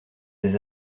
des